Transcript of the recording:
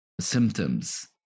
symptoms